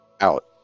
out